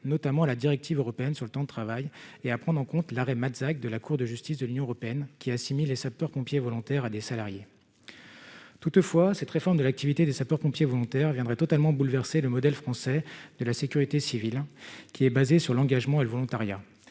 notamment à la directive européenne sur le temps de travail et à prendre en compte l'arrêt massacre de la Cour de justice de l'Union européenne qui assimile les sapeurs-pompiers volontaires et des salariés, toutefois, cette réforme de l'activité des sapeurs-pompiers volontaires viendrait totalement bouleverser le modèle français de la sécurité civile qui est basé sur l'engagement et le volontariat,